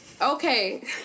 Okay